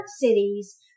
cities